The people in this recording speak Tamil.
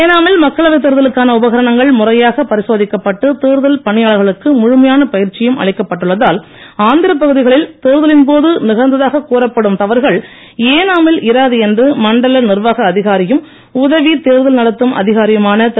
ஏனாமில் மக்களவைத் தேர்தலுக்கான உபகரணங்கள் முறையாக பரிசோதிக்கப்பட்டு தேர்தல் பணியாளர்களுக்கு முழுமையான பயிற்சியும் அளிக்கப்பட்டுள்ளதால் ஆந்திரப் பகுதிகளில் தேர்தலின்போது நிகழ்ந்தது போன்ற தவறுகள் ஏனாமில் இராது என்று மண்டல நிர்வாக அதிகாரியும் உதவி தேர்தல் நடத்தும் அதிகாரியுமான திரு